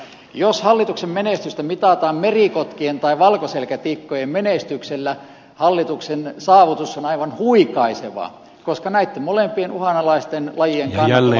jos hallituksen menestystä mitataan merikotkien tai valkoselkätikkojen menestyksellä hallituksen saavutus on aivan huikaiseva koska näitten molempien uhanalaisten lajien kannat ovat vahvistuneet